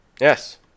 Yes